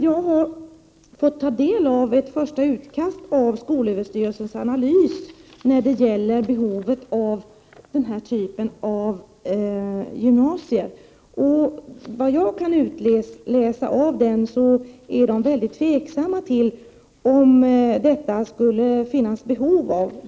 Jag har fått ta del av ett första utkast till skolöverstyrelsens analys när det gäller behovet av denna typ av gymnasier, och jag utläser av det att man är mycket tveksam till detta behov.